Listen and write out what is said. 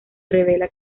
revela